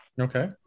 okay